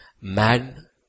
man